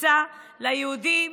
שהוקצה ליהודים